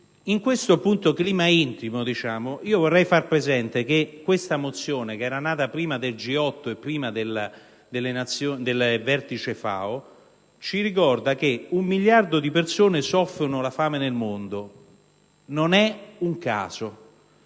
In questo clima, appunto, intimo vorrei far presente che la mozione in esame, che era nata prima del G8 e prima del Vertice FAO, ci ricorda che un miliardo di persone soffrono la fame nel mondo. Non è un caso.